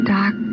Dark